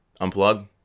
unplug